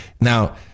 Now